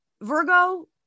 Virgo